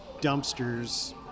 dumpsters